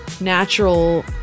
natural